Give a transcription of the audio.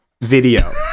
video